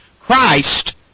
Christ